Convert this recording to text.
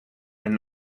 and